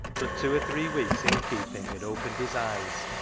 but two or three weeks innkeeping had opened his eyes,